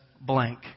blank